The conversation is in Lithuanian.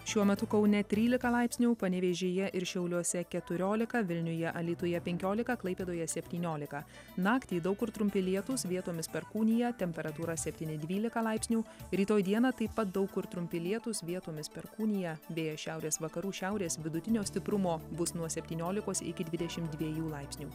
šiuo metu kaune trylika laipsnių panevėžyje ir šiauliuose keturiolika vilniuje alytuje penkiolika klaipėdoje septyniolika naktį daug kur trumpi lietūs vietomis perkūnija temperatūra septyni dvylika laipsnių rytoj dieną taip pat daug kur trumpi lietūs vietomis perkūnija vėjas šiaurės vakarų šiaurės vidutinio stiprumo bus nuo septyniolikos iki dvidešimt dviejų laipsnių